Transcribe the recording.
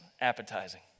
appetizing